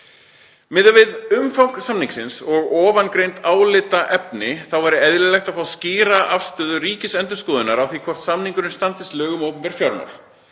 Miðað við umfang samningsins og ofangreind álitaefni þá væri eðlilegt að fá skýra afstöðu Ríkisendurskoðunar á því hvort samningurinn standist lög um opinber fjármál.